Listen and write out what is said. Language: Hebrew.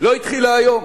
לא התחילה היום.